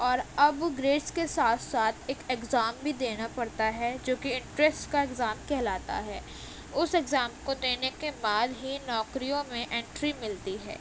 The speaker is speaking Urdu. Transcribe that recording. اور اب گریڈس کے ساتھ ساتھ ایک ایگزام بھی دینا پڑتا ہے جو کہ انٹرنس کا ایگزام کہلاتا ہے اس ایگزام کو دینے کے بعد ہی نوکریوں میں انٹری ملتی ہے